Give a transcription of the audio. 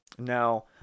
Now